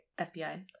FBI